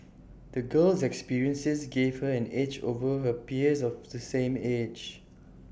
the girl's experiences gave her an edge over her peers of the same age